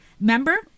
Remember